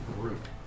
group